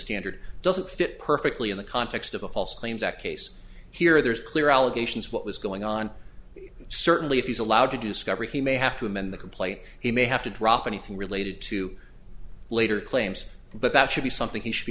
standard doesn't fit perfectly in the context of a false claims act case here there's clear allegations what was going on certainly if he's allowed to discovery he may have to amend the complaint he may have to drop anything related to later claims but that should be something he should be